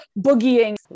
boogieing